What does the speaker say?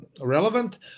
Relevant